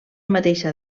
mateixa